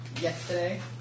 yesterday